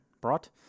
Brought